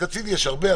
קצין יש הרבה,